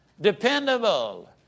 dependable